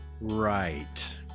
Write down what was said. Right